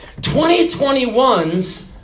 2021s